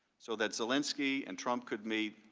so that zelensky and trump could meet,